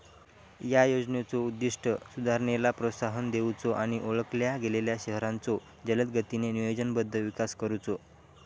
या योजनेचो उद्दिष्ट सुधारणेला प्रोत्साहन देऊचो आणि ओळखल्या गेलेल्यो शहरांचो जलदगतीने नियोजनबद्ध विकास करुचो